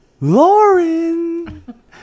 Lauren